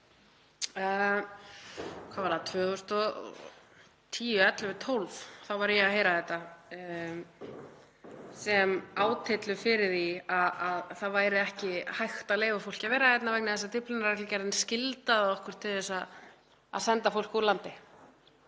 Hvað var það, 2010, 2011, 2012, þá var ég að heyra þetta sem átyllu fyrir því að það væri ekki hægt að leyfa fólki að vera hérna vegna þess að Dyflinnarreglugerðin skyldaði okkur til þessa að senda fólk úr landi.